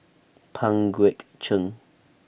Pang Guek Cheng